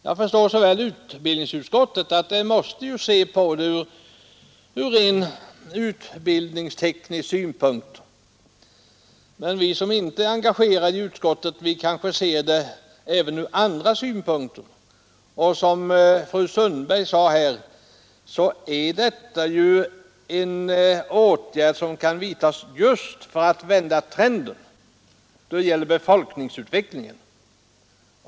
Jag förstår så det hela ur rent utbildningsteknisk synpunkt, men vi som inte är engagerade i utskottet kanske ser frågan även ur andra synpunkter. Som fru Sundberg sade är den i vår motion föreslagna utredningen något som kan göras just för att vända trenden när det gäller befolkningsutvecklingen.